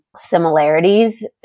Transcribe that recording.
similarities